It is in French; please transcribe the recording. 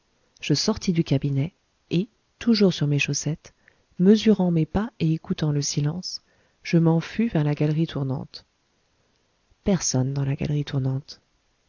je sortis du cabinet et toujours sur mes chaussettes mesurant mes pas et écoutant le silence je m'en fus vers la galerie tournante personne dans la galerie tournante